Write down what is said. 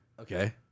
Okay